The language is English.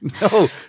No